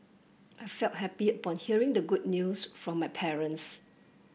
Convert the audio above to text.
I felt happy upon hearing the good news from my parents